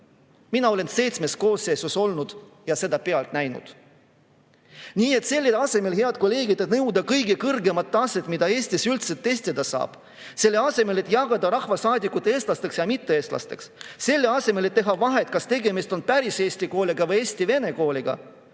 Mina olen seitsmes koosseisus olnud ja seda pealt näinud. Nii et selle asemel, head kolleegid, et nõuda kõige kõrgemat astet, mida Eestis üldse testida saab, selle asemel, et jagada rahvasaadikud eestlasteks ja mitte-eestlasteks, selle asemel, et teha vahet, kas tegemist on päris eesti kooliga või Eesti vene kooliga,